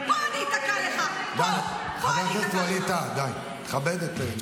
פה אני איתקע לך, פה, פה אני אתקע לך.